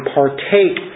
partake